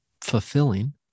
fulfilling